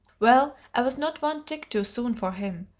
well, i was not one tick too soon for him.